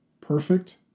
perfect